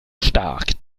stark